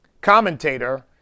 commentator